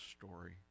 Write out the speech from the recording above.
story